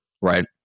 right